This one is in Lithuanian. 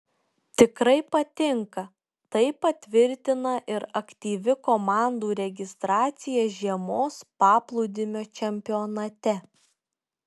tikrai patinka tai patvirtina ir aktyvi komandų registracija žiemos paplūdimio čempionate